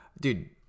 dude